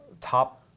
top